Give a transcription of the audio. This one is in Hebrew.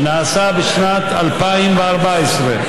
שנעשה בשנת 2014,